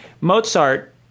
Mozart